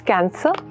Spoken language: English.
Cancer